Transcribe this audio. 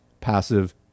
passive